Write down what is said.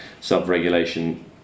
self-regulation